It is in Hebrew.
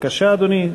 בבקשה, אדוני.